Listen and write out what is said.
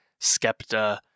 Skepta